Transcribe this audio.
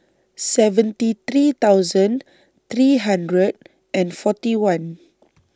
seventy three thousand three hundred and forty one